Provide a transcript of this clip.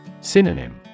Synonym